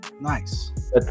Nice